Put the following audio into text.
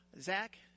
Zach